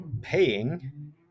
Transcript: paying